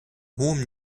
hohem